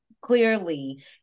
clearly